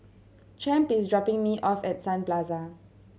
Champ is dropping me off at Sun Plaza